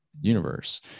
universe